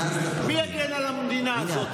מי יגן על המדינה הזאת?